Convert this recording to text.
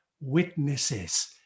witnesses